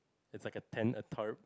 it's like a tent a tub